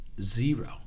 Zero